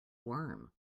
worm